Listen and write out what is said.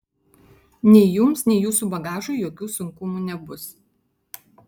nei jums nei jūsų bagažui jokių sunkumų nebus